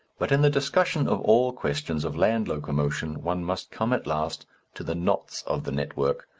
but in the discussion of all questions of land locomotion one must come at last to the knots of the network,